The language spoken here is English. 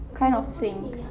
kind of thing